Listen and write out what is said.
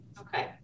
Okay